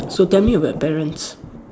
so tell me about your parents